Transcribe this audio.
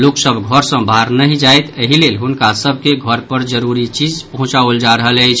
लोक सभ घर सऽ बाहर नहि जाइथि एहि लेल हुनका सभ के घर पर जरूरी चीज पहुंचाओल जा रहल अछि